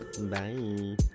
bye